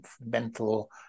mental